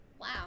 Wow